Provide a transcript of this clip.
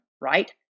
Right